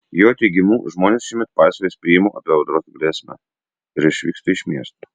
jo teigimu žmonės šiemet paiso įspėjimų apie audros grėsmę ir išvyksta iš miesto